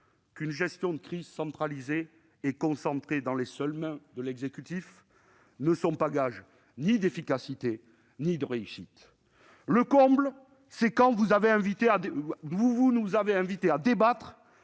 qu'une gestion de crise centralisée, concentrée dans les seules mains de l'exécutif, n'est pas gage d'efficacité ni de réussite. Le comble a été atteint quand vous nous avez invités à débattre